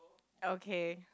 okay